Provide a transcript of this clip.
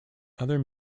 other